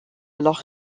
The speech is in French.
alors